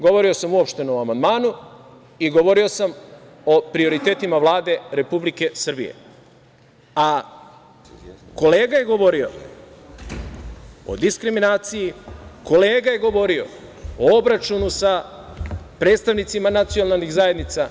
Govorio sam uopšteno o amandmanu i govorio sam o prioritetima Vlade Republike Srbije, a kolega je govorio o diskriminaciji, kolega je govorio o obračunu sa predstavnicima nacionalnih zajednica…